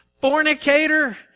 fornicator